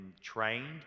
trained